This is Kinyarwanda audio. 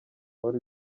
wari